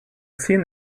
scene